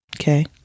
Okay